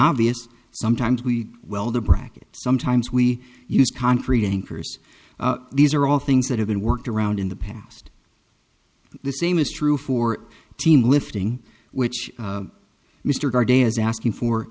obvious sometimes we well the brackets sometimes we use concrete anchors these are all things that have been worked around in the past the same is true for team lifting which mr de is asking